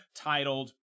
titled